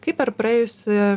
kaip per praėjusį